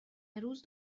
روز